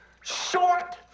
short